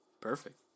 Perfect